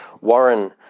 Warren